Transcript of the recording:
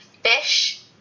fish